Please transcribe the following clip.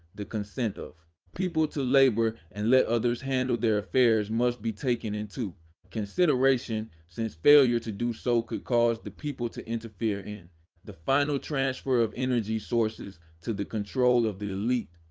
the consent of people to labor and let others handle their affairs must be taken into consideration, since failure to do so could cause the people to interfere in the final transfer of energy sources to the control of the elite.